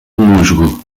musgo